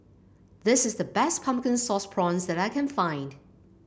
this is the best Pumpkin Sauce Prawns that I can find